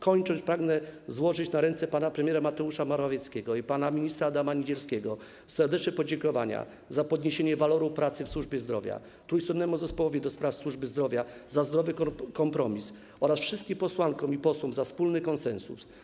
Kończąc, pragnę złożyć na ręce pana premiera Mateusza Morawieckiego i pana ministra Adama Niedzielskiego serdeczne podziękowania za podniesienie waloru pracy w służbie zdrowia, trójstronnemu zespołowi do spraw służby zdrowia - za zdrowy kompromis, a wszystkim posłankom i posłom - za wspólny konsensus.